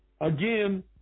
Again